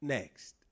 Next